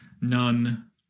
none